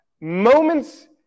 moments